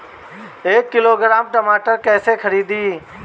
एक किलोग्राम टमाटर कैसे खरदी?